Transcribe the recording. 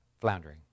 floundering